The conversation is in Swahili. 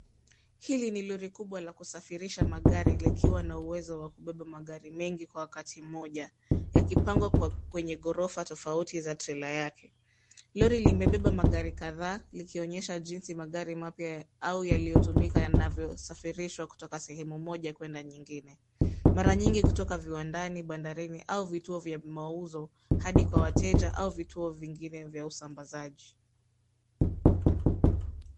Hili ni lori kubwa la kusafirisha magari likiwa na uwezo wa kubeba magari mengi kwa wakati moja, yakipangwa kwenye ghorofa tofauti za trela yake. Lori limebeba magari kadhaa likionyesha jinsi magari mapya au yaliyo tumika yanavyo safirishwa kutoka sehemu moja kuenda nyingine. Mara nyingi kutoka viwandani, bandarini au vituo vya mauzo hadi kwa wateja hadi vituo vingine vya usambazaji.